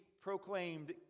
proclaimed